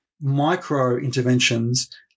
micro-interventions